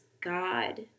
God